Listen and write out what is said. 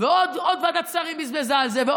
ועוד ועדת שרים בזבזה על זה,